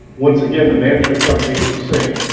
once again the management company is the same,